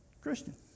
Christian